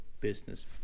business